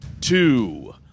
two